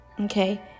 Okay